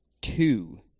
two